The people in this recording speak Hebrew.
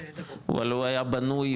אבל הוא הלא היה בנוי,